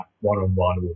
one-on-one